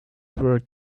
were